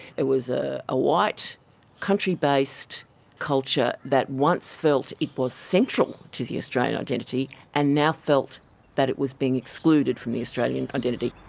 it was a ah white, country-based culture that once felt it was central to the australian identity and now felt that it was being excluded from the australian identity.